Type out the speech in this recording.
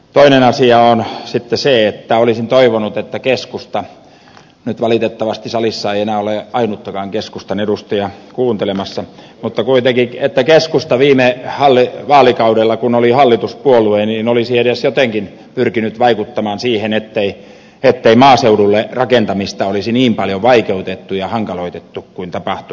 toinen asia on sitten se että olisin toivonut että keskusta nyt valitettavasti salissa ei enää ole ainuttakaan keskustan edustajaa kuuntelemassa mutta kuitenkin viime vaalikaudella kun oli hallituspuolue olisi edes jotenkin pyrkinyt vaikuttamaan siihen ettei maaseudulle rakentamista olisi niin paljon vaikeutettu ja hankaloitettu kuin tapahtui